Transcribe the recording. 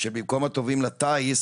שבמקום הטובים לטייס,